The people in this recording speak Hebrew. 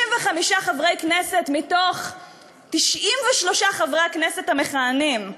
65 חברי כנסת מתוך 93 חברי הכנסת המכהנים,